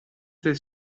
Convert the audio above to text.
the